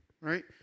right